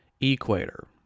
Equator